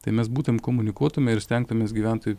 tai mes būtent komunikuotume ir stengtumės gyventojui